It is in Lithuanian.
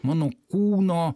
mano kūno